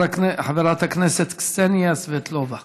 חברת הכנסת קסניה סבטלובה.